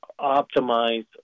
optimize